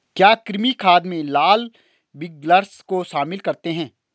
क्या कृमि खाद में लाल विग्लर्स को शामिल करते हैं?